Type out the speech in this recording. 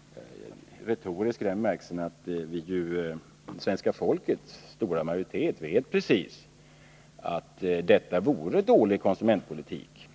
— retorisk i den bemärkelsen att den stora majoriteten av svenska folket precis vet att detta vore dålig konsumentpolitik.